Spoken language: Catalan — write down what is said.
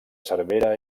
cervera